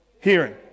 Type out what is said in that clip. hearing